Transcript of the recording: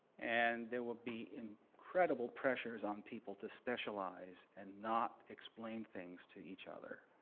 and there will be incredible pressures on people to specialize and not explain things to each other.